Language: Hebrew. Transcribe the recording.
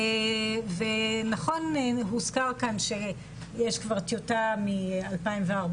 נכון הוזכר כאן, שיש כבר טיוטה מ-2014.